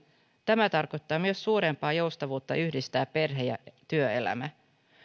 tämä tarkoittaa myös suurempaa joustavuutta perhe ja työelämän yhdistämisessä